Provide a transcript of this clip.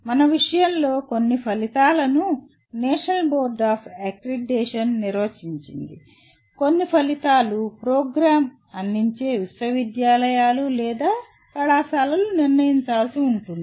మన విషయంలో కొన్ని ఫలితాలను నేషనల్ బోర్డ్ ఆఫ్ అక్రిడిటేషన్ నిర్వచించింది కొన్ని ఫలితాలు ప్రోగ్రామ్ అందించే విశ్వవిద్యాలయాలు లేదా కళాశాలలు నిర్ణయించాల్సి ఉంటుంది